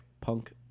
punk